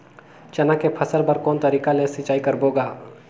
चना के फसल बर कोन तरीका ले सिंचाई करबो गा?